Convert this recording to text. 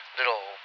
little